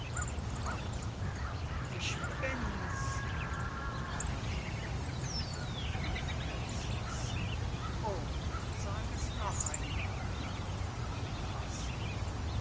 ton ich bin's margarete du bist's o sag es noch einmal ihn fassend